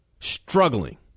Struggling